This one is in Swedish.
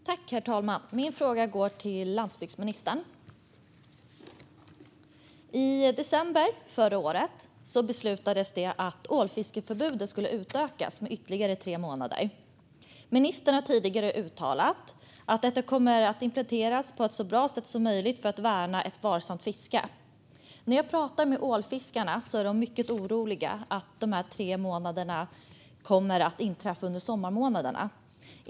Herr talman! Min fråga går till landsbygdsministern. I december förra året beslutades det att ålfiskeförbudet skulle utökas med ytterligare tre månader. Ministern har tidigare uttalat att detta kommer att implementeras på ett så bra sätt som möjligt för att värna ett varsamt fiske. När jag pratar med ålfiskarna är de mycket oroliga att de tre månaderna kommer att inträffa under sommarmånaderna.